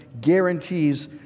guarantees